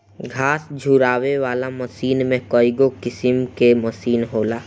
घास झुरवावे वाला मशीन में कईगो किसिम कअ मशीन होला